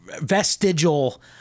vestigial